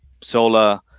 Solar